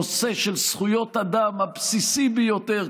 נושא של זכויות אדם הבסיסי ביותר,